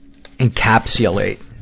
encapsulate